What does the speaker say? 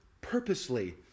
purposely